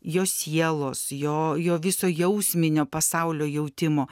jo sielos jo jo viso jausminio pasaulio jautimo